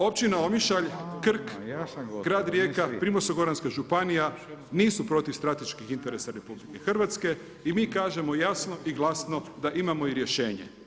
Općina Omišalj, Krk, grad Rijeka, Primorsko goranska županija, nisu protiv strateških interesa RH, i mi kažemo jasno i glasno da imamo rješenje.